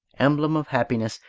emblem of happiness,